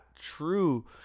true